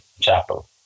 chapel